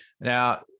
now